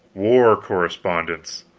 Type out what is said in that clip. war correspondence!